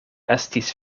estis